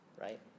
right